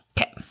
Okay